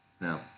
No